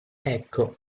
ecco